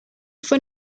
fue